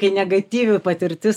kai negatyvi patirtis